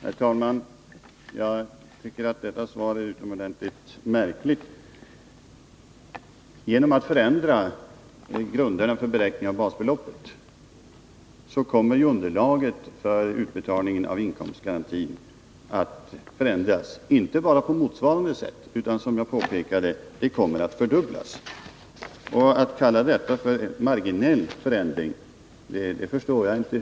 Herr talman! Jag tycker att detta svar är utomordentligt märkligt. Genom 0 att förändra grunderna för beräkning av basbeloppet ändrar man också underlaget för utbetalning av inkomstgarantin. Detta sker inte bara i motsvarande mån. Som jag påpekade kommer förändringen att femdubblas. Hur man kan kalla detta för en marginell ändring förstår jag inte.